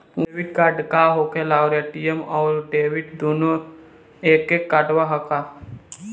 Debit card का होखेला और ए.टी.एम आउर डेबिट दुनों एके कार्डवा ह का?